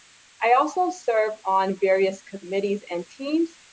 i also serve on various committees and teams.